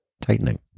tightening